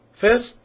First